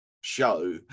show